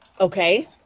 Okay